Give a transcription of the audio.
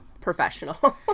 professional